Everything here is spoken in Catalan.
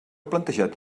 plantejat